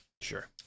Sure